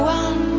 one